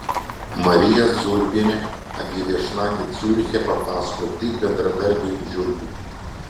marija zurbienė apie viešnagę ciuriche papasakojo tik bendradarbiui žiulpiui